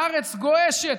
הארץ גועשת,